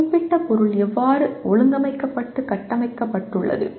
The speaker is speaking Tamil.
ஒரு குறிப்பிட்ட பொருள் எவ்வாறு ஒழுங்கமைக்கப்பட்டு கட்டமைக்கப்பட்டுள்ளது